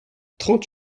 trente